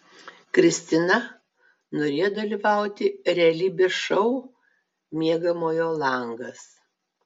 kristina norėjo dalyvauti realybės šou miegamojo langas